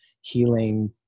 healing